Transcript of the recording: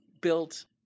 built